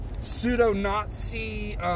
pseudo-Nazi